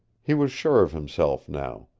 he was sure of himself now.